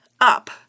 up